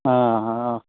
हाँ हाँ